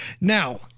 Now